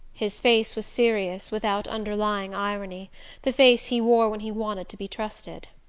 his face was serious, without underlying irony the face he wore when he wanted to be trusted.